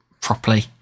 properly